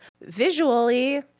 Visually